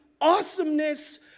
awesomeness